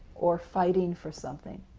or fighting for something.